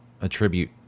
attribute